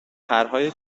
پرهای